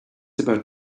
about